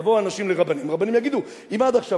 יבואו אנשים לרבנים ורבנים יגידו: אם עד עכשיו,